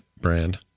brand